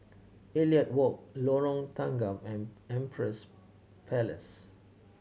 Elliot Walk Lorong Tanggam and Empress Place